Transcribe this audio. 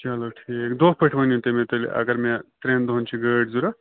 چلو ٹھیٖک دۄہ پٲٹھۍ ؤنیو تُہۍ مےٚ تیٚلہِ اَگر مےٚ ترٛیٚن دۄہَن چھِ گٲڑۍ ضوٚرَتھ